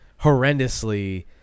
horrendously